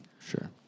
Sure